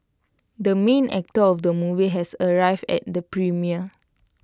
the main actor of the movie has arrived at the premiere